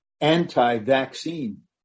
anti-vaccine